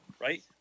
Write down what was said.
right